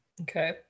okay